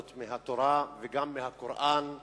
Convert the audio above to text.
ציטטות מהתורה, וגם מהקוראן,